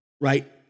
right